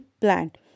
plant